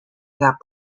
that